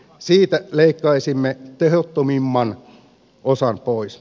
siitä leikkaisimme tehottomimman osan pois